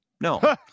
No